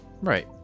Right